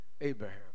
Abraham